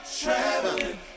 traveling